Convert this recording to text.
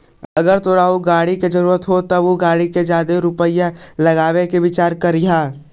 अगर तोरा ऊ गाड़ी के जरूरत हो तबे उ पर जादे रुपईया लगाबे के विचार करीयहूं